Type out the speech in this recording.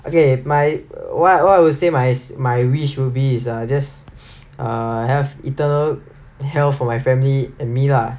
okay my what what I would say my my wish would be is err I just err have eternal health for my family and me lah